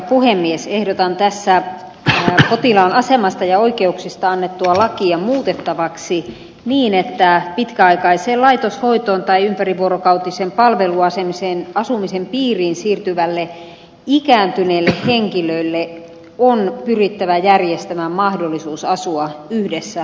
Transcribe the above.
ehdotan tässä potilaan asemasta ja oikeuksista annettua lakia muutettavaksi niin että pitkäaikaiseen laitoshoitoon tai ympärivuorokautisen palveluasumisen piiriin siirtyvälle ikääntyneelle henkilölle on pyrittävä järjestämään mahdollisuus asua yhdessä puolisonsa kanssa